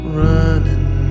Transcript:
running